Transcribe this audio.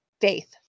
faith